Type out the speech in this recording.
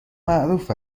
معروف